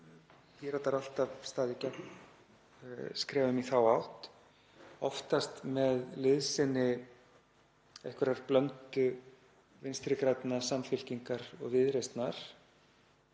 Píratar alltaf staðið gegn skrefum í þá átt, oftast með liðsinni einhverrar blöndu Vinstri grænna, Samfylkingar og Viðreisnar,